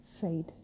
fade